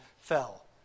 fell